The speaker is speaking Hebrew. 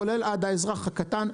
כולל עד האזרח הקטן,